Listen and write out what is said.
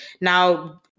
Now